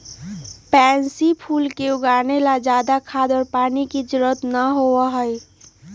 pansy फूल के उगावे ला ज्यादा खाद और पानी के जरूरत ना होबा हई